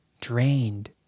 Drained